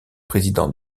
président